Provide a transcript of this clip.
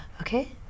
okay